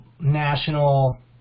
national